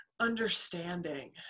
understanding